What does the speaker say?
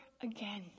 again